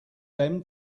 them